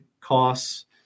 costs